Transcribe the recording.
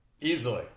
Easily